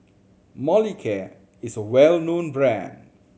Molicare is a well known brand